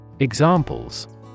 Examples